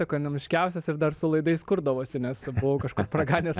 ekonomiškiausias ir dar su laidais kurdavosi nes buvau kažkoks praganęs